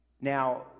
Now